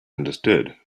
understood